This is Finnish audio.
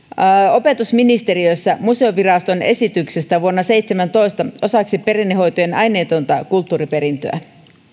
opetusministeriössä museoviraston esityksestä vuonna seitsemäntoista osaksi perinnehoitojen aineetonta kulttuuriperintöä